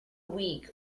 weak